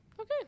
Okay